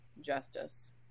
justice